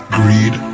greed